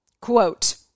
Quote